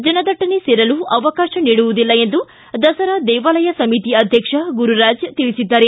ಜನ ದಟ್ಟಣೆ ಸೇರಲು ಅವಕಾಶ ನೀಡುವುದಿಲ್ಲ ಎಂದು ದಸರಾ ದೇವಾಲಯ ಸಮಿತಿ ಅಧ್ಯಕ್ಷ ಗುರುರಾಜ್ ತಿಳಿಸಿದ್ದಾರೆ